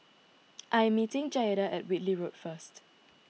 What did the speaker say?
I am meeting Jaeda at Whitley Road first